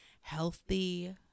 healthy